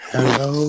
Hello